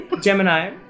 Gemini